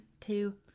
two